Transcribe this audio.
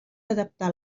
adaptar